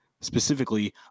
specifically